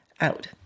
out